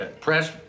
Press